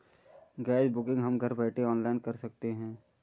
gas booking हम घर बैठे ऑनलाइन कर सकते है